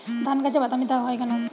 ধানগাছে বাদামী দাগ হয় কেন?